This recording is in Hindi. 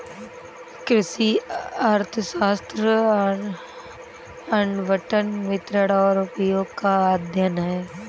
कृषि अर्थशास्त्र आवंटन, वितरण और उपयोग का अध्ययन है